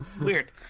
Weird